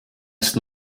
ist